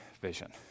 vision